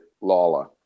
Lala